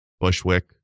Bushwick